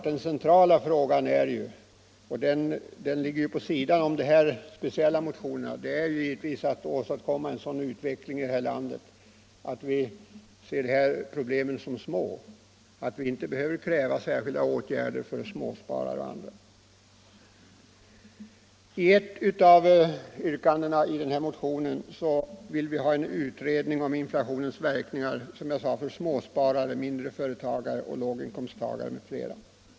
Den centrala frågan är ju — och den ligger vid sidan om de väckta motionerna — att åstadkomma en sådan utveckling i vårt land att inflationsproblemen framstår som så små att vi inte behöver kräva särskilda åtgärder för småsparare och andra grupper. I ett av våra yrkanden i motionen vill vi ha en utredning om inflationens verkningar för småsparare, mindre företagare, låginkomsttagare m.fl.